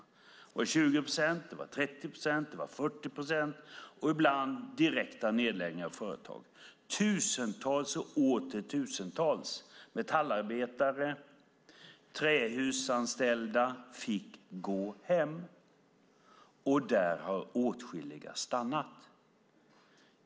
Det var 20 procent, 30 procent, 40 procent och ibland direkta nedläggningar av företag. Tusentals och åter tusentals metallarbetare och trähusanställda fick gå hem, och där har åtskilliga stannat.